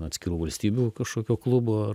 atskirų valstybių kašokio klubo ar